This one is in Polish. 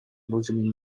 ludźmi